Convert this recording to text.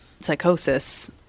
psychosis